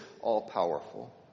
all-powerful